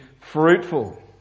fruitful